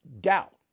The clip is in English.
doubt